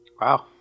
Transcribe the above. Wow